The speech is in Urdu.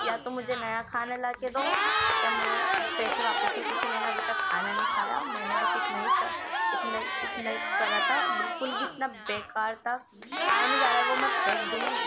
یا تو مجھے نیا کھانا لا کے دو یا میرے پیسے واپس ہو کیونکہ میں نے ابھی تک کھانا نہیں کھایا میں نے بس اتنا ہی اتنا ہی اتنا ہی کرا تا بالکل بھی اتنا بیکار تھا کھایا نہیں جا رہا ہے وہ میں پھینک دوں گی